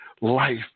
life